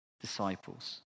disciples